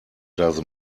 does